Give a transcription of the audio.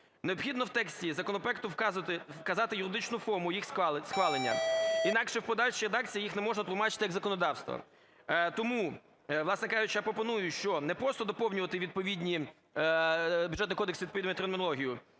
Необхідно в тексті законопроекту вказати юридичну форму їх схвалення. Інакше в подальшій редакції їх не можна тлумачити як законодавство. Тому, власне кажучи, я пропоную, що не просто доповнювати відповідні… Бюджетний кодекс відповідною термінологією,